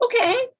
okay